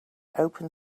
open